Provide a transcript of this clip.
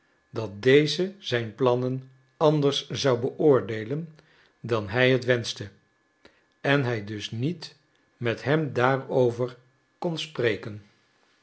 dat deze zijn plannen anders zou beoordeelen dan hij het wenschte en hij dus niet met hem daarover kon spreken